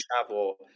travel